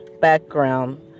background